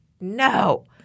no